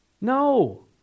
No